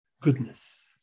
goodness